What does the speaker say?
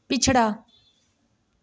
पिछड़ा